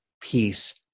peace